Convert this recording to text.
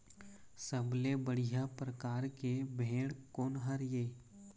सबले बढ़िया परकार के भेड़ कोन हर ये?